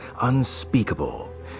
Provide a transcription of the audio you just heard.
unspeakable